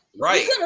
Right